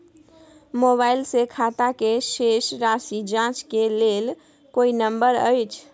Mobile से खाता के शेस राशि जाँच के लेल कोई नंबर अएछ?